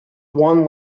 one